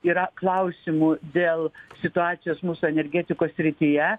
yra klausimų dėl situacijos mūsų energetikos srityje